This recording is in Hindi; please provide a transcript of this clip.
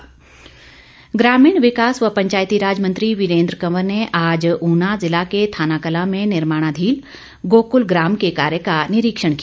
निरीक्षण ग्रामीण विकास व पंचायती राज मंत्री वीरेंद्र कंवर ने आज ऊना जिला के थानाकलां में निर्माणाधीन गोकुल ग्राम के कार्य का निरीक्षण किया